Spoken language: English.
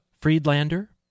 Friedlander